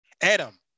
Adam